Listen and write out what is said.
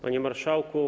Panie Marszałku!